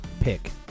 pick